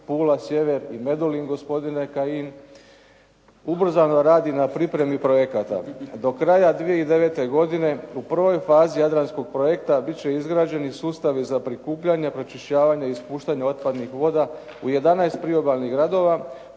Pula sjever i Medulin gospodine Kajin, ubrzano radi na pripremi projekata. Do kraja 2009. godine u prvoj fazi "Jadranskog projekta" bit će izgrađeni sustavi za prikupljanje pročišćavanja i ispuštanja otpadnih voda u 11 priobalnih gradova